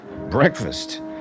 Breakfast